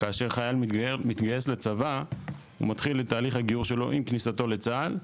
כאשר חייל מתגייס לצבא הוא מתחיל את תהליך הגיוס שלו עם כניסתו לצה"ל,